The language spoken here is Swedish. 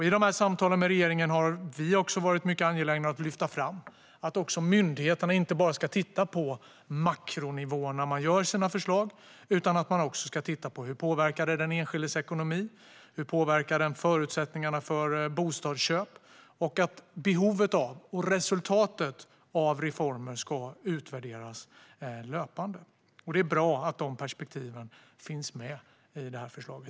I samtalen med regeringen har vi varit angelägna om att lyfta fram att myndigheten inte bara ska titta på makronivån när de gör sina förslag utan också på hur det påverkar den enskildes ekonomi och förutsättningarna för bostadsköp och att behovet och resultatet av reformer ska utvärderas löpande. Det är bra att dessa perspektiv finns med i detta förslag.